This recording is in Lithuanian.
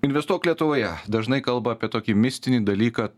investuok lietuvoje dažnai kalba apie tokį mistinį dalyką